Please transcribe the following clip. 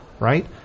Right